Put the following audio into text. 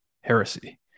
heresy